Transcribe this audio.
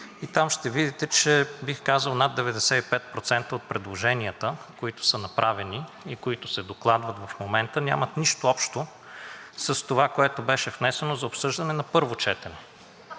и там ще видите, че, бих казал, над 95% от предложенията, които са направени и които се докладват в момента, нямат нищо общо с това, което беше внесено за обсъждане за първо четене.